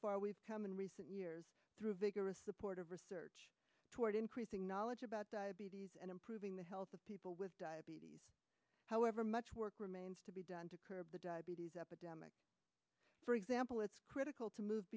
far we've come in recent years through vigorous support of research toward increasing knowledge about diabetes and improving the health of people with diabetes however much work remains to be done to curb the diabetes epidemic for example it's critical to move